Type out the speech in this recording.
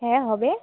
হ্যাঁ হবে